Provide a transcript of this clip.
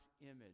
image